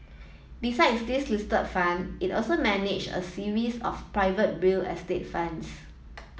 besides these listed fund it also manage a series of private real estate funds